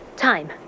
Time